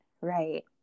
right